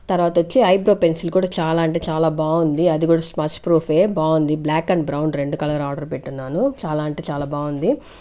తర్వాత వచ్చి eyebrow pencil కూడా చాలా అంటే చాలా బాగుంది అది కూడా స్మచ్ ప్రూఫె బావుంది బ్లాక్ అండ్ బ్రౌన్ రెండు కలర్ ఆర్డర్ పెట్టి ఉన్నాను చాలా అంటే చాలా బాగుంది